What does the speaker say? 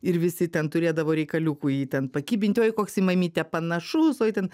ir visi ten turėdavo reikaliukų jį ten pakibinti oi koks į mamytę panašus oj ten